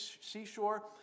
seashore